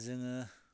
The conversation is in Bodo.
जोङो